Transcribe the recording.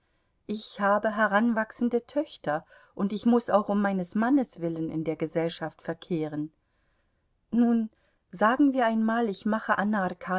ich habe heranwachsende töchter und ich muß auch um meines mannes willen in der gesellschaft verkehren nun sagen wir einmal ich mache anna